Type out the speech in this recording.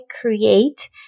create